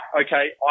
okay